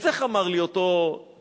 אז איך אמר לי אותו גזבר?